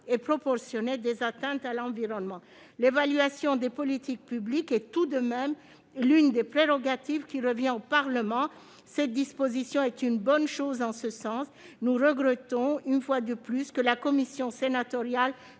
et proportionnée des atteintes à l'environnement. L'évaluation des politiques publiques est tout de même l'une des prérogatives du Parlement. En ce sens, cette disposition est une bonne chose. Nous regrettons une fois de plus que la commission sénatoriale